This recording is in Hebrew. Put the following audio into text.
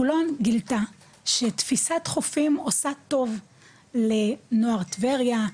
חולון גילתה שתפיסת חופים עושה טוב לנוער טבריה,